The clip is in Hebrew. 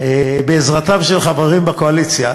בעזרתם של חברים בקואליציה,